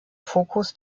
fokus